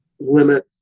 limit